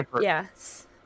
yes